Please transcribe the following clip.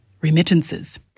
remittances